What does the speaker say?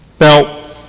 Now